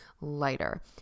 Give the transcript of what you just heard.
lighter